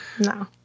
no